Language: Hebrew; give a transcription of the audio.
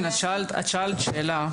את שאלת שאלה,